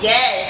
Yes